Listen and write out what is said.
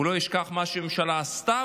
הוא לא ישכח מה שהממשלה עשתה,